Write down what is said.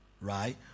right